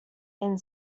and